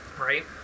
right